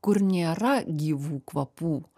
kur nėra gyvų kvapų